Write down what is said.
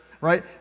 right